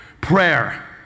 Prayer